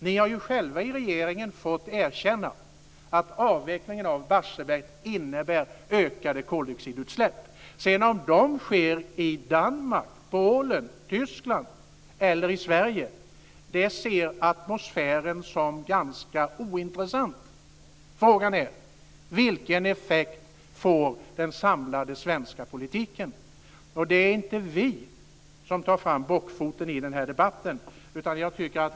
Ni har ju själva i regeringen fått erkänna att avvecklingen av Barsebäck innebär ökade koldioxidutsläpp. Om de sedan sker i Danmark, Polen, Tyskland eller Sverige är för atmosfären ganska ointressant. Frågan är vilken effekt den samlade svenska politiken får. Och det är inte vi som tar fram bockfoten i denna debatt.